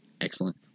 Excellent